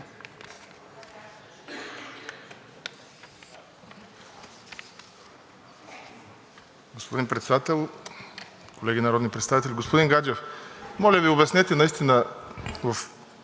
Господин Председател, колеги народни представители! Господин Гаджев, моля Ви, обяснете в